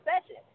session